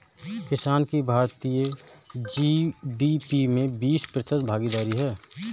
किसान की भारतीय जी.डी.पी में बीस प्रतिशत भागीदारी है